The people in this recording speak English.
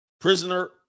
Prisoner